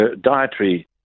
dietary